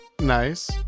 Nice